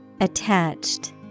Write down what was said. Attached